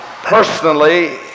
Personally